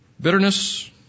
Bitterness